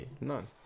None